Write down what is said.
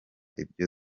ibyo